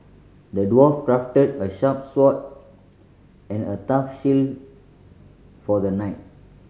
the dwarf crafted a sharp sword and a tough shield for the knight